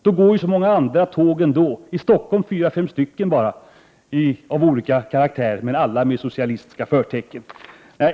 Det går ju så många andra tåg ändå, i Stockholm fyra fem stycken av olika karaktär men alla med socialistiska förtecken.